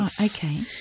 okay